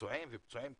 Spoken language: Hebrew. פצועים ופצועים קשה,